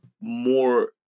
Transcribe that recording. more